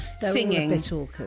singing